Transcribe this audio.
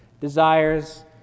desires